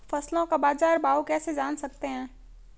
फसलों का बाज़ार भाव कैसे जान सकते हैं?